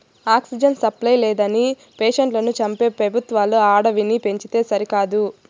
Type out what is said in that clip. oxygen supply లేదని పేషెంట్లను చంపే పెబుత్వాలు అడవిని పెంచితే సరికదా